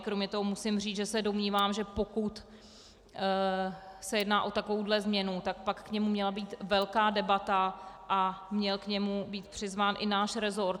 Kromě toho musím říct, že se domnívám, že pokud se jedná o takovouhle změnu, pak k němu měla být velká debata a měl k němu být přizván i náš rezort.